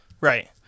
Right